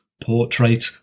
Portrait